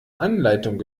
anleitung